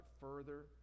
further